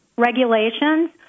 regulations